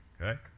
okay